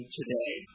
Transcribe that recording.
today